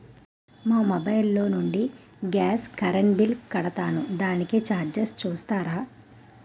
మా మొబైల్ లో నుండి గాస్, కరెన్ బిల్ కడతారు దానికి చార్జెస్ చూస్తారా?